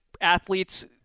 athletes